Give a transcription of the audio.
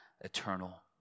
eternal